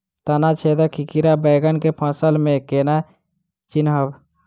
तना छेदक कीड़ा बैंगन केँ फसल म केना चिनहब?